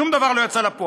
ושום דבר לא יצא לפועל.